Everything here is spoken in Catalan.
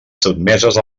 sotmeses